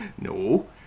No